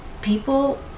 people